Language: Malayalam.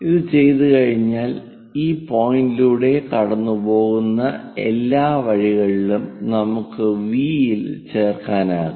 അത് ചെയ്തുകഴിഞ്ഞാൽ ഈ പോയിന്റിലൂടെ കടന്നുപോകുന്ന എല്ലാ വഴികളിലും നമുക്ക് V ൽ ചേർക്കാനാകും